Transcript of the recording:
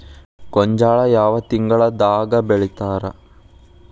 ಗೋಂಜಾಳ ಯಾವ ತಿಂಗಳದಾಗ್ ಬೆಳಿತಾರ?